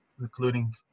including